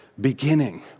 beginning